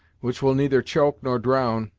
which will neither choke, nor drown,